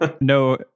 no